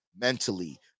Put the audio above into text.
Mentally